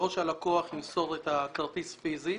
או שהלקוח ימסור את הכרטיס פיזית